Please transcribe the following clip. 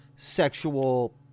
Sexual